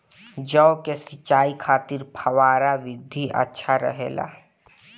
जौ के सिंचाई खातिर फव्वारा विधि अच्छा रहेला?